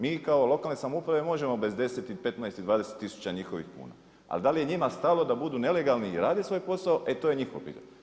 Mi kao lokalne samouprave možemo bez 10, 15, 20 tisuća njihovih kuna, ali da li je njima stalo da budu nelegalni i rade svoj posao, e to je njihovo pitanje.